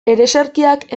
ereserkiak